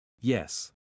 Yes